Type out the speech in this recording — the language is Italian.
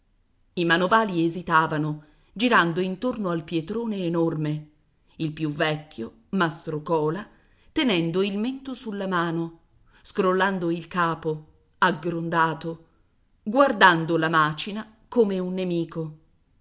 i manovali esitavano girando intorno al pietrone enorme il più vecchio mastro cola tenendo il mento sulla mano scrollando il capo aggrondato guardando la macina come un nemico